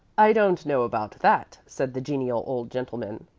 i don't know about that, said the genial old gentleman.